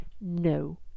no